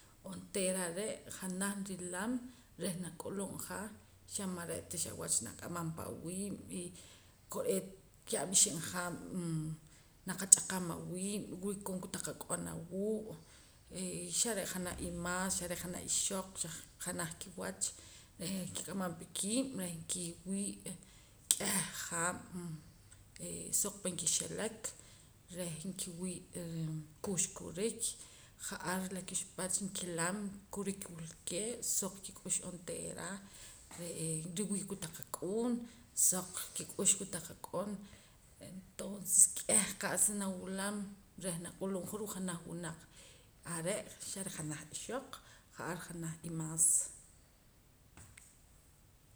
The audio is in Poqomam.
Onteera are' janaj nrilam reh nak'ulub' ja xa mare'ta xa wach nak'amam pa awiib' y kore'eet ka'ab' oxib' haab' naqach'aqam awiib' wii' kotaq ak'on awuu' eeh xare' janaj imaas xare' janaj ixoq xa janaj kiwach reh nkik'amam pa kiib' reh ki'wii' k'eh haab' ee soq pan kixelek reh nkiwii' reh kuxkurik ja'ar la kixpach nkilam kurik wulkee' soq kik'ux onteera re'ee riwii' kotaq kak'uun soq kik'ux kotaq ak'on entonces k'eh qa'saa nawulam reh nak'ulub' ja ruu' janaj wunaq are' xa reh janaj ixoq ja'aar janaj imaas